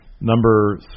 number